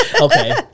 Okay